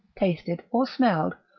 tasted, or smelled,